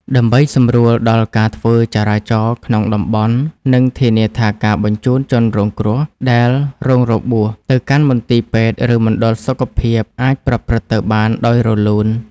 ដើម្បីសម្រួលដល់ការធ្វើចរាចរណ៍ក្នុងតំបន់ និងធានាថាការបញ្ជូនជនរងគ្រោះដែលរងរបួសទៅកាន់មន្ទីរពេទ្យ ឬមណ្ឌលសុខភាព អាចប្រព្រឹត្តទៅបានដោយរលូន។